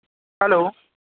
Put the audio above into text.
hello